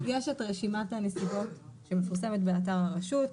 יש את רשימת הנסיבות שמפורסמת באתר הרשות,